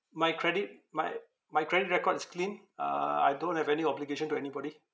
my credit my my credit record is clean uh I don't have any obligation to anybody